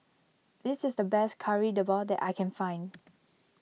this is the best Kari Debal that I can find